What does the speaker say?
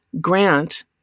Grant